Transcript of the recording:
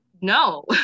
No